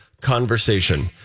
conversation